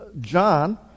John